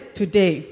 today